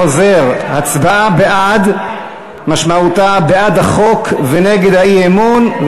אני חוזר: הצבעה בעד משמעותה בעד החוק ונגד האי-אמון,